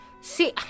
See